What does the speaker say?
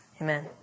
Amen